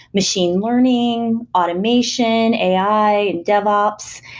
machine learning, automation, ai, dev ops.